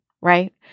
right